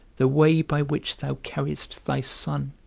the way by which thou carriedst thy son,